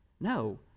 No